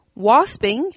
wasping